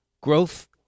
growth